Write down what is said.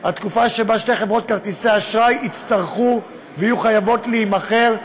התקופה שבה שתי חברות כרטיסי האשראי יצטרכו ויהיו חייבות להימכר,